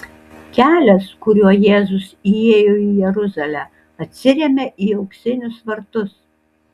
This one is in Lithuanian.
kelias kuriuo jėzus įėjo į jeruzalę atsiremia į auksinius vartus